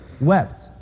wept